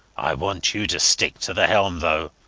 i want you to stick to the helm, though,